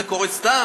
זה קורה סתם?